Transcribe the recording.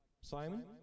Simon